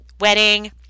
wedding